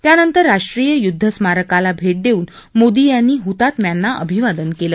त्यानंतर राष्ट्रीय युद्धस्मारकाला भेट देऊन मोदी यांनी हुतात्म्यांना अभिवादन केलं